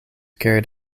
carried